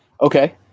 Okay